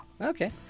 Okay